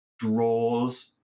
draws